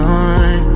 on